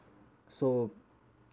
so